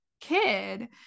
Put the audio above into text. kid